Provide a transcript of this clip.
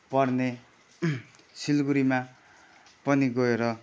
पर्ने सिलगढीमा पनि गएर